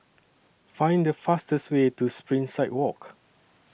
Find The fastest Way to Springside Walk